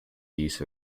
use